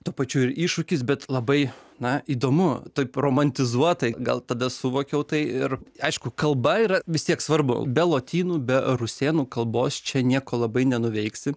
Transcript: tuo pačiu ir iššūkis bet labai na įdomu taip romantizuotai gal tada suvokiau tai ir aišku kalba yra vis tiek svarbu be lotynų be rusėnų kalbos čia nieko labai nenuveiksi